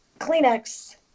Kleenex